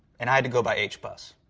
and i had to go by h bus,